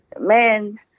men